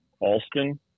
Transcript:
Alston